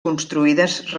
construïdes